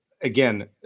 again